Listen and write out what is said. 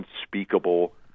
unspeakable